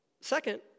Second